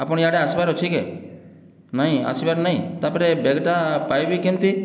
ଆପଣ ଇଆଡ଼େ ଆସିବାର ଅଛିକି ନାହିଁ ଆସିବାର ନାହିଁ ତା'ପରେ ବ୍ୟାଗ୍ଟା ପାଇବି କେମିତି